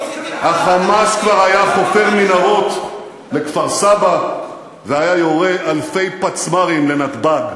ה"חמאס" כבר היה חופר מנהרות לכפר-סבא והיה יורה אלפי פצמ"רים לנתב"ג.